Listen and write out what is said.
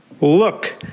Look